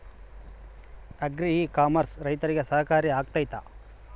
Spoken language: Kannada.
ಅಗ್ರಿ ಇ ಕಾಮರ್ಸ್ ರೈತರಿಗೆ ಸಹಕಾರಿ ಆಗ್ತೈತಾ?